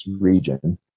region